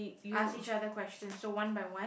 ask each other question so one by one